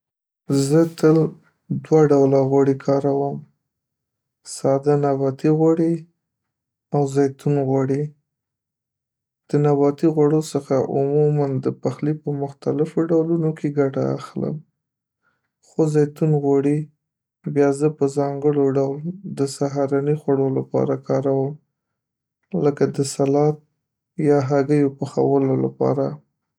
زه تل دوه ډوله غوړي کاروم: ساده نباتي غوړي او زیتون غوړي. د نباتي غوړو څخه عموماً د پخلي په مختلفو ډولونو کې ګټه اخلم، خو زیتون غوړي بیا زه په ځانګړي ډول د سهارني خوړو لپاره کاروم، لکه د سالاد یا هګیو پخولو لپاره.